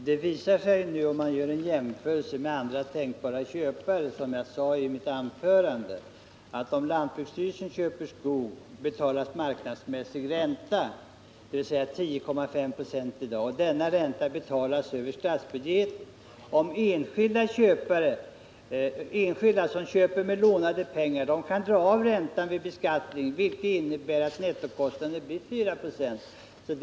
Herr talman! Gör man en jämförelse med andra tänkbara köpare framgår följande: Om lantbruksstyrelsen köper skog, betalas marknadsmässig ränta, dvs. 10,5 96 i dag. Denna ränta betalas över statsbudgeten. Om en enskild person köper med lånade pengar, kan han dra av räntan vid beskattningen, vilket innebär att nettokostnaden blir 4 96.